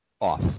off